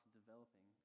developing